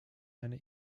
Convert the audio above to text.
eine